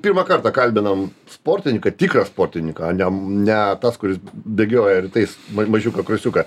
pirmą kartą kalbinam sportininką tikrą sportininką ne ne tas kuris bėgioja rytais ma mažiuką krosiuką